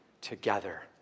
together